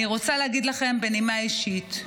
אני רוצה להגיד לכם בנימה אישית,